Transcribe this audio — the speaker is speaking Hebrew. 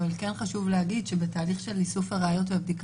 אבל כן חשוב להגיד שבתהליך של איסוף הראיות והבדיקה